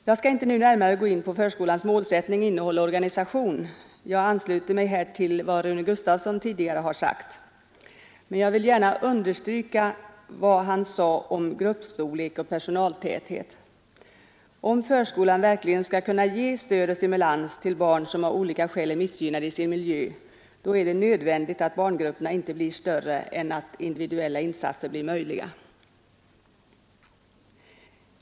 Jag skall inte nu närmare gå in på förskolans målsättning, innehåll och organisation, utan jag ansluter mig till vad Rune Gustavsson tidigare sade. Men jag vill gärna understryka vad han anförde om gruppstorlek och personaltäthet. Om förskolan verkligen skall kunna ge stöd och stimulans till barn som av olika skäl är missgynnade i sin miljö, så är det nödvändigt att barngrupperna inte görs större än att individuella insatser blir möjliga.